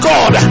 God